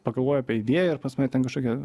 pagalvoju apie idėją ir pas mane ten kažkokie